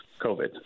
COVID